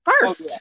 first